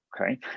Okay